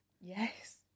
Yes